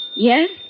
Yes